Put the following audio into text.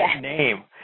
name